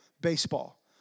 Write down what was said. baseball